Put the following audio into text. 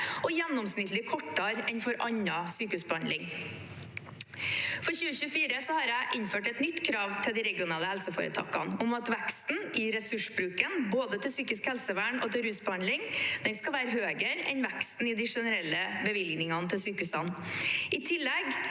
og gjennomsnittlig kortere enn for annen sykehusbehandling. For 2024 har jeg innført et nytt krav til de regionale helseforetakene om at veksten i ressursbruken til både psykisk helsevern og rusbehandling skal være høyere enn veksten i de generelle bevilgningene til sykehusene.